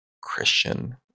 Christian